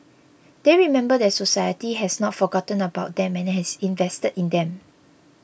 they remember that society has not forgotten about them and has invested in them